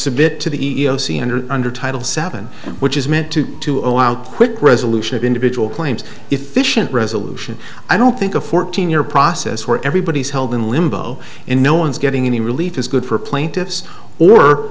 submit to the e e o c and or under title seven which is meant to to out quick resolution of individual claims efficient resolution i don't think a fourteen year process where everybody is held in limbo and no one's getting any relief is good for plaintiffs or